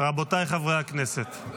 רבותיי חברי הכנסת,